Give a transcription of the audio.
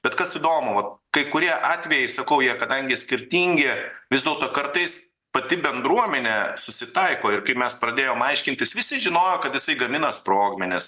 bet kas įdomu vat kai kurie atvejai sakau jie kadangi skirtingi vis dėlto kartais pati bendruomenė susitaiko ir kai mes pradėjom aiškintis visi žinojo kad jisai gamina sprogmenis